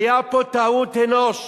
היתה פה טעות אנוש,